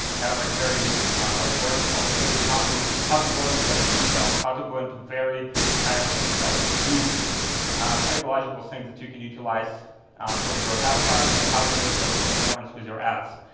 kind of like very like boring. i'll show you how to how to go into like details, how to go into very kind of like deep psychological things that you can utilise for your avatars, and how to hit those pain points with your ads.